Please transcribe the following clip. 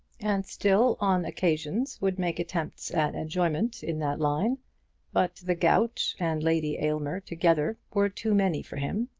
and still, on occasions, would make attempts at enjoyment in that line but the gout and lady aylmer together were too many for him,